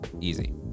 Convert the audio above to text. easy